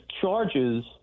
charges